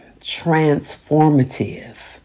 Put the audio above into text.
transformative